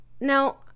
Now